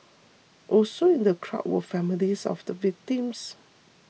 also in the crowd were families of the victims